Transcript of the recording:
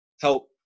help